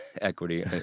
equity